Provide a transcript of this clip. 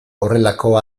horrelako